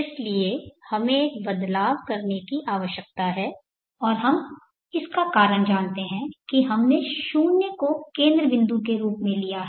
इसलिए हमें एक बदलाव करने की आवश्यकता है और हम इसका कारण जानते हैं कि हमने 0 को केंद्र बिंदु के रूप में लिया है